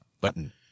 Button